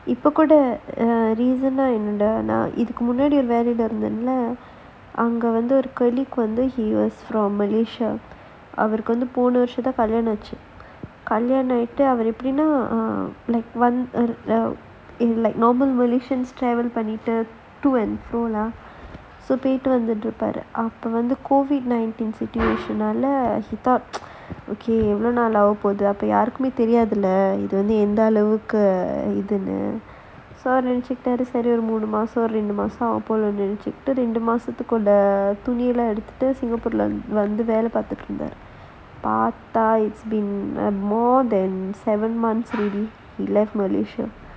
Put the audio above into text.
இப்ப கூட:ippa kooda err இந்த நான் இதுக்கு முன்னாடி ஒரு வேலைல இருந்தேன்ல அங்க வந்து ஒரு:intha naan ithukku munnaadi oru velaila irunthaanla anga vanthu oru strong malaysia அவருக்கு போன வருஷம் தான் கல்யாணம் ஆச்சு கல்யாணம் ஆய்ட்டு அவரு எப்படின்னா:avarukku pona varusham thaan kalyaanam aachu kalyaanam aayittu avaru eppadinnaa in like normal pollution பண்ணிட்டு போயிட்டு வந்துட்டு இருப்பாரு அப்ப வந்து:pannittu poittu vanthuttu iruppaaru appe vanthu COVID nineteen situation நால எவ்ளோ நாள் ஆக போகுது அப்ப யாருக்குமே தெரியாதுல்ல இது வந்து எந்த அளவுக்கு இதுன்னு:naala evlo naal aaga poguthu appe yaarukkumae theriyaathulla ithu vanthu entha alavukku ithunnu so அவரு நினைச்சுகிட்டறு சரி ஒரு மூணு மாசம் ரெண்டு மாசம் ஆகப்போகுதுன்னு நினைச்சுக்கிட்டு ரெண்டு மாசத்துக்குள்ள துணியெல்லாம் எடுத்துக்கிட்டு:avaru ninaichittaaru sari oru moonu maasam rendu maasam aagapoguthunnu ninaichuttu rendu maasathukulla thuniellaam eduthukittu the singapore வந்து வேலை பாத்துட்டு இருந்தாரு பாத்தா:vanthu velai paathuttu irunthaaru paathaa most is like seven month already he left malaysia